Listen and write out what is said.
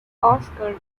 oscar